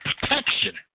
protection